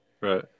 right